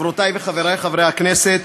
חברותי וחברי חברי הכנסת,